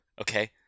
okay